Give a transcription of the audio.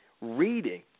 reading